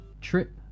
Trip